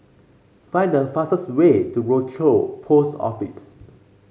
find the fastest way to Rochor Post Office